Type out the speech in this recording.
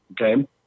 Okay